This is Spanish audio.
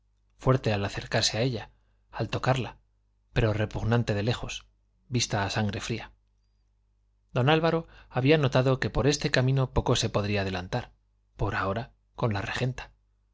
fuerte al acercarse a ella al tocarla pero repugnante de lejos vista a sangre fría d álvaro había notado que por este camino poco se podría adelantar por ahora con la regenta